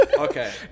Okay